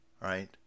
right